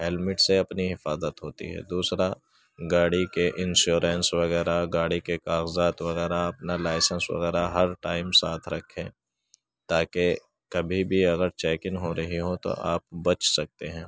helmet سے اپنی حفاظت ہوتی ہے دوسرا گاڑی کے انشورنس وغیرہ گاڑی کے کاغذات وغیرہ اپنا لائسنس وغیرہ ہر ٹائم ساتھ رکھیں تاکہ کبھی بھی اگر چیکن ہو رہی ہو تو آپ بچ سکتے ہیں